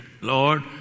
Lord